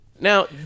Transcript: Now